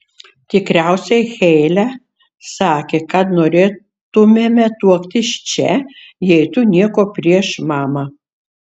tikriausiai heile sakė kad norėtumėme tuoktis čia jei tu nieko prieš mama